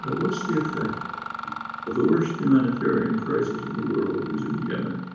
but what's the effect of the worst humanitarian crisis in the world is in yemen.